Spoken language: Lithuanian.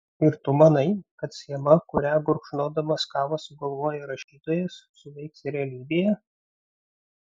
ir tu manai kad schema kurią gurkšnodamas kavą sugalvojo rašytojas suveiks realybėje